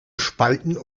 spalten